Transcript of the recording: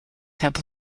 have